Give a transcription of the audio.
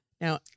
now